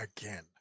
again